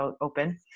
open